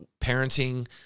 parenting